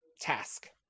task